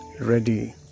ready